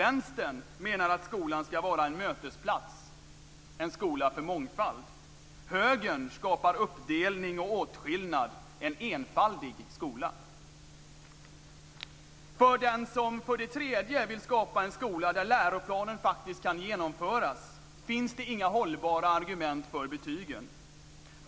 Vänstern menar att skolan ska vara en mötesplats; en skola för mångfald. Högern skapar uppdelning och åtskillnad; en enfaldig skola. För den som - för det tredje - vill skapa en skola där läroplanen faktiskt kan genomföras finns det inga hållbara argument för betygen.